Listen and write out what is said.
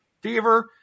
fever